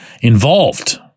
involved